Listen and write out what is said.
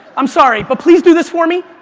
i'm sorry but please do this for me.